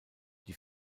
die